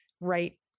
right